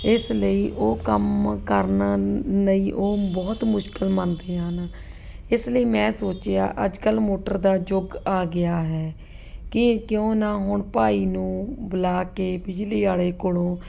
ਇਸ ਲਈ ਉਹ ਕੰਮ ਕਰਨਾ ਨਹੀਂ ਉਹ ਬਹੁਤ ਮੁਸ਼ਕਿਲ ਮੰਨਦੇ ਹਨ ਇਸ ਲਈ ਮੈਂ ਸੋਚਿਆ ਅੱਜ ਕੱਲ੍ਹ ਮੋਟਰ ਦਾ ਯੁੱਗ ਆ ਗਿਆ ਹੈ ਕਿ ਕਿਉਂ ਨਾ ਹੁਣ ਭਾਈ ਨੂੰ ਬੁਲਾ ਕੇ ਬਿਜਲੀ ਵਾਲੇ ਕੋਲੋਂ